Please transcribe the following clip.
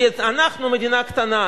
כי אנחנו מדינה קטנה,